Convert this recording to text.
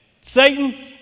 Satan